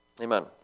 Amen